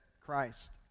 Christ